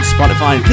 Spotify